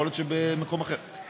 יכול להיות שבמקום אחר,